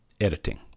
Editing